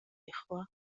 إخوة